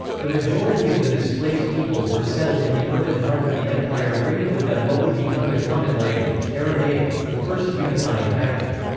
the majority of the displaced peoples were settled in the urban heart of the empire bringing with them what would become the common language aramaic, the first unifying factor.